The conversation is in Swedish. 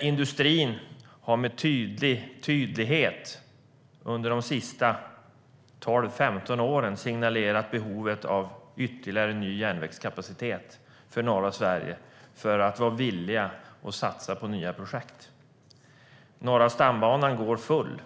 Industrin har under de senaste tolv femton åren tydligt signalerat behovet av ytterligare ny järnvägskapacitet för norra Sverige, för att vara villiga att satsa på nya projekt. Norra stambanan går full.